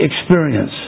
experience